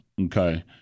okay